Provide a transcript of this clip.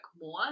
more